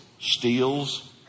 steals